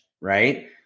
right